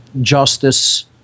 justice